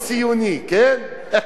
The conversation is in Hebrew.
ערבי.